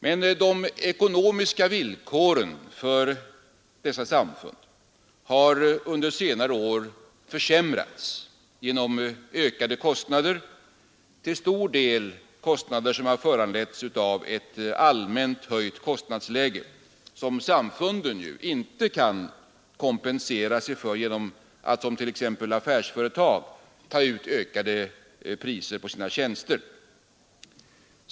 Men de ekonomiska villkoren för dessa samfund har under senare år försämrats genom ökade kostnader, till stor del kostnader som har föranletts av ett allmänt höjt kostnadsläge, som ju samfunden inte kan kompensera sig för genom att såsom t.ex. affärsföretag ta ut ökade priser på sina tjänster.